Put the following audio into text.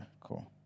cool